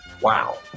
wow